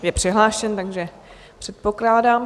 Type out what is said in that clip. Je přihlášen, takže to předpokládám.